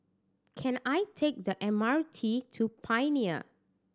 can I take the M R T to Pioneer